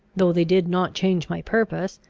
though they did not change my purpose,